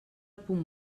punt